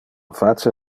face